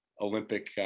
olympic